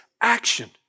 action